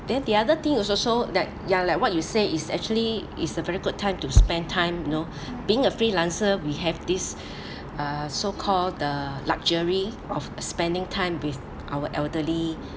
then the other thing also so that ya like what you say is actually is a very good time to spend time you know being a freelancer we have this uh so called the luxury of spending time with our elderly